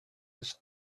was